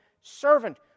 servant